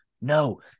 no